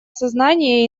сознание